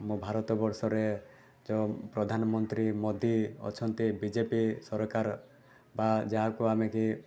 ଆମ ଭାରତବର୍ଷରେ ଯେଉଁ ପ୍ରଧାନମନ୍ତ୍ରୀ ମୋଦି ଅଛନ୍ତି ବି ଜେ ପି ସରକାର ବା ଯାହାକୁ ଆମେ କି